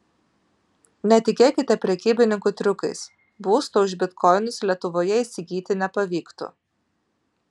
netikėkite prekybininkų triukais būsto už bitkoinus lietuvoje įsigyti nepavyktų